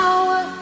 Power